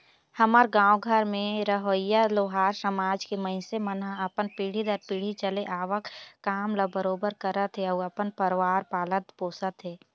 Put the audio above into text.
हमर गाँव घर में रहोइया लोहार समाज के मइनसे मन ह अपन पीढ़ी दर पीढ़ी चले आवक काम ल बरोबर करत हे अउ अपन परवार पालत पोसत हे